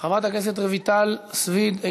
חברת הכנסת רויטל סויד,